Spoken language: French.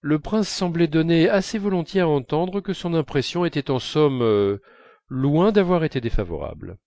le prince semblait donner assez volontiers à entendre que son impression était en somme loin d'avoir été défavorable